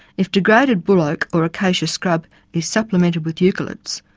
if degraded buloke or acacia scrub is supplemented with eucalypts,